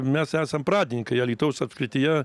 mes esam pradinykai alytaus apskrityje